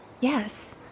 yes